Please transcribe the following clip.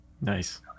Nice